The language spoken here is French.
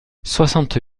soixante